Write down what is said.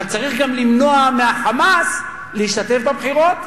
אבל צריך גם למנוע מה"חמאס" להשתתף בבחירות,